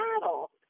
battle